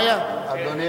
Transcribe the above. היה בוועדת החוץ והביטחון.